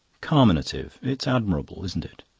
carminative it's admirable, isn't it?